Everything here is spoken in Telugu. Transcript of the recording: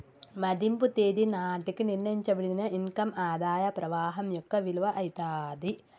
మదింపు తేదీ నాటికి నిర్ణయించబడిన ఇన్ కమ్ ఆదాయ ప్రవాహం యొక్క విలువ అయితాది